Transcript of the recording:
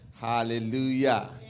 Hallelujah